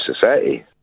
society